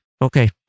Okay